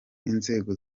inzego